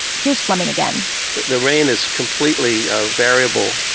here's fleming again the the rain is completely a variable.